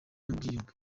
ubwiyunge